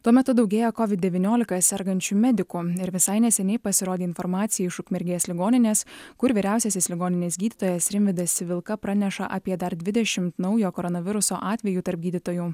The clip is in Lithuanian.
tuo metu daugėja covid devyniolika sergančių medikų ir visai neseniai pasirodė informacija iš ukmergės ligoninės kur vyriausiasis ligoninės gydytojas rimvydas civilka praneša apie dar dvidešimt naujo koronaviruso atvejų tarp gydytojų